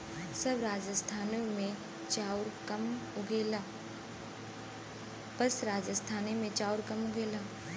बस राजस्थाने मे चाउर कम उगेला